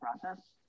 process